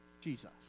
Jesus